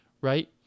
Right